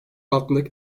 altındaki